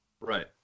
Right